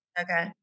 Okay